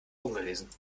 ungelesen